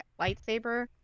lightsaber